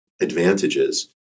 advantages